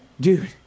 Dude